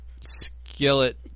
Skillet